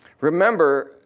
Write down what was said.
Remember